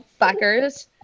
fuckers